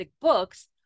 books